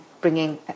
bringing